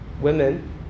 women